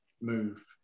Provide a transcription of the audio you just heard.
move